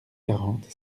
quarante